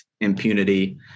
impunity